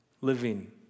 living